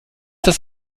das